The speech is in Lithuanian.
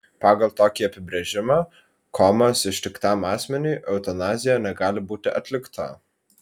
pagal tokį apibrėžimą komos ištiktam asmeniui eutanazija negali būti atlikta